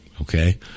okay